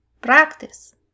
Practice